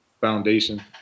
Foundation